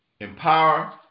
empower